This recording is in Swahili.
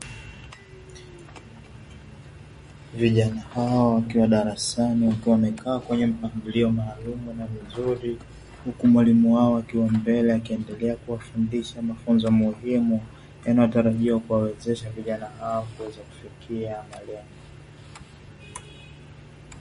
Vijana hao wakiwa darasani, wakiwa wamekaa kwenye mpangilio maalumu na mzuri, huku mwalimu wao akiwa mbele akiendelea kuwafundisha mafunzo muhimu yanayotarajiwa kuwawezesha vijana hao kufikia malengo.